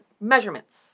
measurements